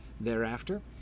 thereafter